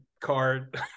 card